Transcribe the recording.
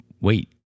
wait